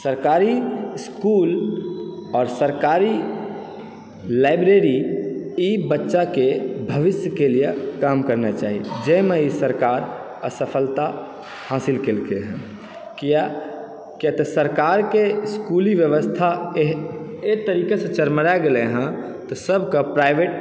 सरकारी इसकुल आओर सरकारी लाइब्रेरी ई बच्चाके भविष्यके लिए काम करना चाही जाहिमे ई सरकार असफलता हासिल केलकै हँ किया किया तऽ सरकार के इसकुली व्यवस्था एहन अइ तरीक़ा सं चरमरा गेलै हँ तऽ सबके प्राइवट